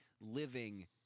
living